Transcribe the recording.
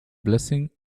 blessing